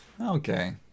okay